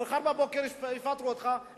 מחר בבוקר יפטרו אותך,